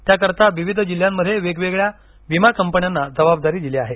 त्याकरता विविध जिल्ह्यांमध्ये वेगवेगळ्या विमा कंपन्यांना जबाबदारी दिली आहे